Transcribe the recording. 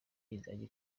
izajya